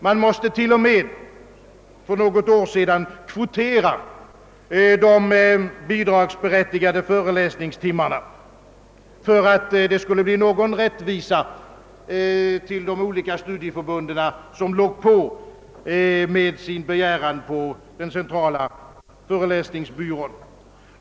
Man måste till och med för något år sedan kvotera de bidragsberättigade föreläsningstimmarna, för att det skulle bli någon rättvisa mellan de olika studieförbunden, som låg på med sina ansökningar hos den centrala föreläsningsbyrån.